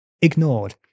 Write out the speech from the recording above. ignored